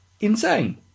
insane